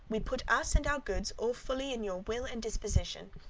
we put us and our goods all fully in your will and disposition,